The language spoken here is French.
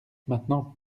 maintenant